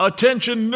Attention